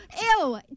Ew